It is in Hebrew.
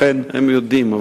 הם יודעים.